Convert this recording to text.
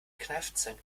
kneifzange